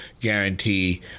guarantee